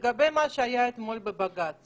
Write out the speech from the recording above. לגבי מה שהיה אתמול בבג"ץ